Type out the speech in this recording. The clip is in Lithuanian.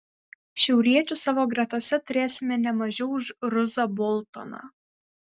šiauriečių savo gretose turėsime ne mažiau už ruzą boltoną